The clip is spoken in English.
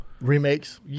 remakes